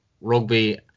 rugby